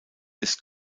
ist